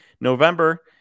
November